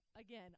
again